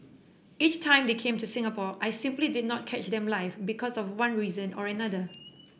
every time they came to Singapore I simply did not catch them live because of one reason or another